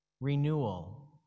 renewal